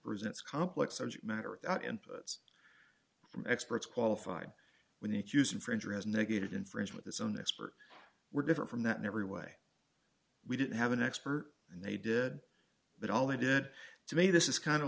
resents complex subject matter experts qualified when the accused infringer is negated infringement his own expert we're different from that in every way we didn't have an expert and they did but all they did to me this is kind